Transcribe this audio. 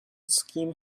scheme